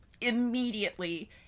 immediately